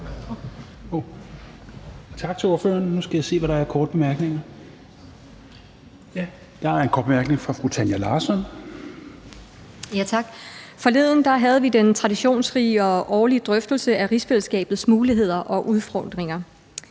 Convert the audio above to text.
Forleden havde vi den traditionsrige og årlige drøftelse af rigsfællesskabets muligheder og udfordringer.